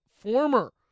former